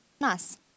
Nice